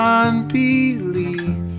unbelief